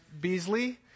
Beasley